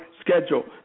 schedule